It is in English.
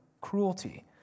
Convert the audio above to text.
cruelty